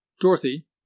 Dorothy